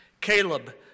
Caleb